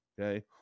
okay